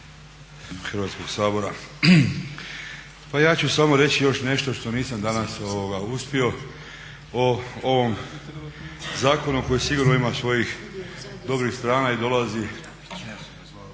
Hrvatskog sabora. Pa ja ću samo reći još nešto što nisam danas uspio o ovom zakonu koji sigurno ima svojih dobrih strana i dolazi